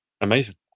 Amazing